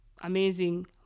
amazing